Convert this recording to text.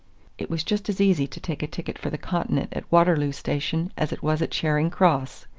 it was just as easy to take a ticket for the continent at waterloo station as it was at charing cross.